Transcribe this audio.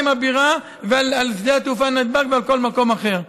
הבירה ועל שדה התעופה נתב"ג ועל כל מקום אחר.